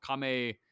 kame